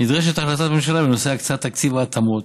נדרשת החלטת ממשלה בנושא הקצאת תקציב ההתאמות.